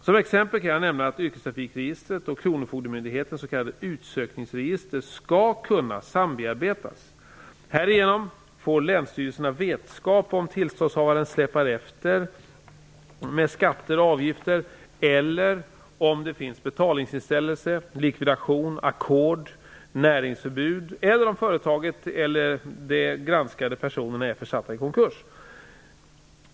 Som exempel kan jag nämna att yrkestrafikregistret och kronofogdemyndighetens s.k. utsökningsregister skall kunna sambearbetas. Härigenom får länsstyrelserna vetskap om tillståndshavaren släpar efter med skatter och avgifter eller om det finns betalningsinställelse, likvidation, ackord, näringsförbud eller om företaget eller de granskade personerna är försatta i konkurs.